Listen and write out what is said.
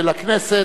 ולכנסת,